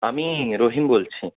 আমি রহিম বলছি